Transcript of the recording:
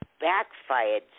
backfired